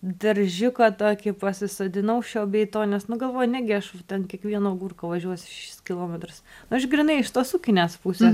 daržiuką tokį pasisodinau šio bei to nes nu galvoju negi aš ten kiekvieno agurko važiuosiu šešis kilometrus aš grynai iš tos ūkinės pusė